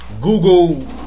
Google